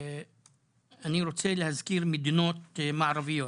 אני רוצה להזכיר מדינות מערביות,